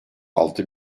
altı